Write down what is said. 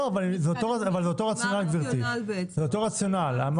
לא, אבל זה אותו רציונל, גברתי.